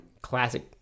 Classic